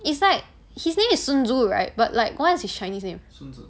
it's like his name is sun tzu right but like what is his chinese name